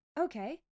okay